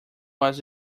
was